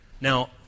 Now